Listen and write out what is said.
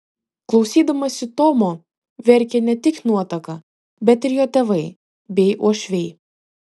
klausydamasi tomo verkė ne tik nuotaka bet ir jo tėvai bei uošviai